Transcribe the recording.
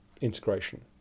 integration